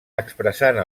expressant